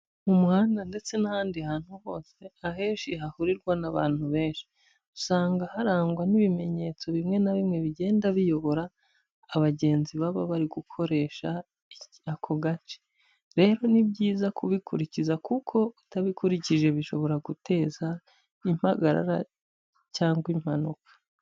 Mu muhanda ndetse n'ahandi hantu hose ahenshi hahurirwa n'abantu benshi, usanga harangwa n'ibimenyetso bimwe na bimwe bigenda biyobora abagenzi baba bari gukoresha ako gace, rero ni byiza kubikurikiza kuko utabikurikije bishobora guteza impagarara cyangwa impanuka.